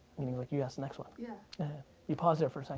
like you ask the next one. yeah you paused there for